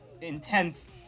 intense